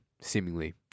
seemingly